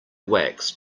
wax